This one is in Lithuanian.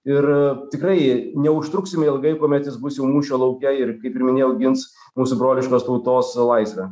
ir tikrai neužtruksime ilgai kuomet jis bus jau mūšio lauke ir kaip ir minėjau gins mūsų broliškos tautos laisvę